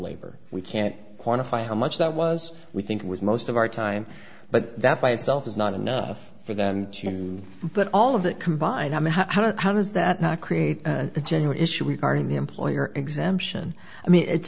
labor we can't quantify how much that was we think it was most of our time but that by itself is not enough for them to put all of that combined i mean how how does that not create a genuine issue regarding the employer exemption i mean it